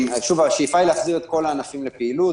השאיפה היא להחזיר את כל הענפים לפעילות,